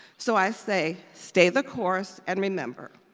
so i say, stay the course and remember,